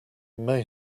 may